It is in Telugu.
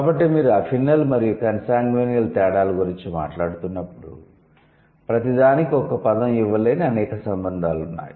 కాబట్టి మీరు అఫినల్ మరియు కన్సాన్గ్యినియల్ తేడాల గురించి మాట్లాడుతున్నప్పుడు ప్రతిదానికీ ఒక పదం ఇవ్వలేని అనేక సంబంధాలు ఉన్నాయి